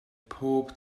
pob